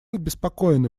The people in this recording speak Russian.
обеспокоены